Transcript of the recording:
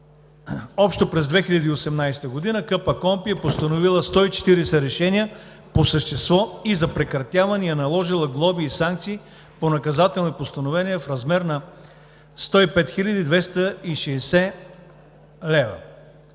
Общо през 2018 г. КПКОНПИ е постановила 140 решения по същество и за прекратяване и е наложила глоби и санкции по наказателни постановления в размер на 105 260,40 лв.